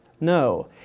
no